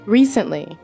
Recently